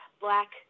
black